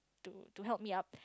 to to help me up